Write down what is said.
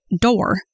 door